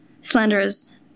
slanderers